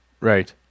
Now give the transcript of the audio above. Right